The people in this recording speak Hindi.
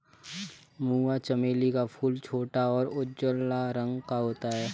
मूंगा चमेली का फूल छोटा और उजला रंग का होता है